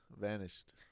vanished